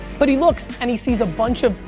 but he looks and he see's a bunch of,